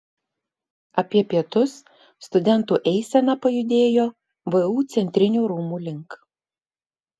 apie pietus studentų eisena pajudėjo vu centrinių rūmų link